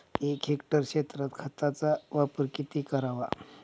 एक हेक्टर क्षेत्रात खताचा वापर किती करावा?